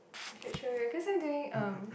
I should show you cause I'm doing um